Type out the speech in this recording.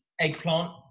eggplant